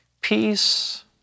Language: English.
Peace